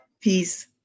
Peace